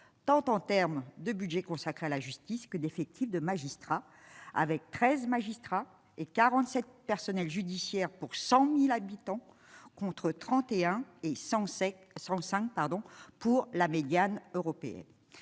tant en terme de budget consacré à la justice que d'effectifs, de magistrats, avec 13 magistrats et 47 personnels judiciaires pour 100000 habitants contre 31 et c'est son 5 pardon pour la médiane européenne